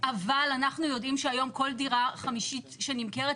אבל אנחנו יודעים שהיום כל דירה חמישית שנמכרת,